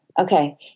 Okay